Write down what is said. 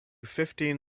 fifteen